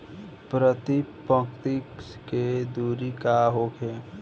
प्रति पंक्ति के दूरी का होखे?